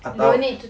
atau